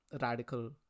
radical